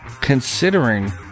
considering